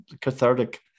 cathartic